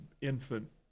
infant